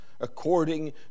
according